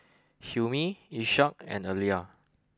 Hilmi Ishak and Alya